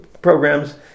programs